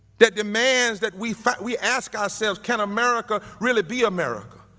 that demands that we thought we asked ourselves, can america really be america?